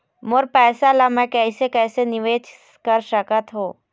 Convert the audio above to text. मोर पैसा ला मैं कैसे कैसे निवेश कर सकत हो?